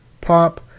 pop